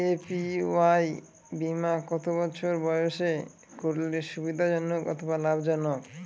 APY বীমা কত বছর বয়সে করলে সুবিধা জনক অথবা লাভজনক?